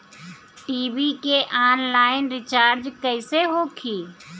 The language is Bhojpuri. टी.वी के आनलाइन रिचार्ज कैसे होखी?